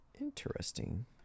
Interesting